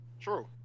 True